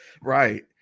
Right